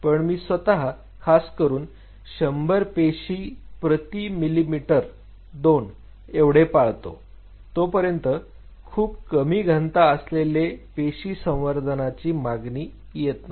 पण मी स्वतः खास करून 100 पेशी प्रति मिलिमीटर 2 एवढे पाळतो जोपर्यंत खूप कमी घनता असलेले पेशी संवर्धनाची मागणी येत नाही